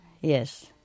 yes